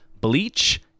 Bleach